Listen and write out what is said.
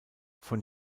von